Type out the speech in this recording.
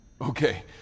Okay